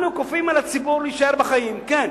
אנחנו כופים על הציבור להישאר בחיים, כן.